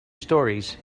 storeys